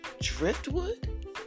Driftwood